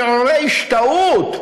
מעוררי ההשתאות,